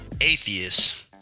atheists